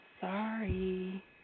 sorry